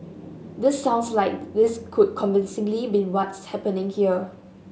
this sounds like this could convincingly be what's happening here